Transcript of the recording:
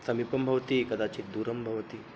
समीपं भवति कदाचित् दूरं भवति